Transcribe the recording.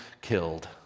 killed